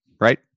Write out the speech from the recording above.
right